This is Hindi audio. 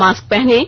मास्क पहनें